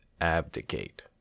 abdicate